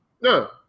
No